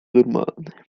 normalny